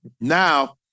Now